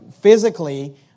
physically